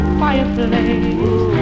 fireplace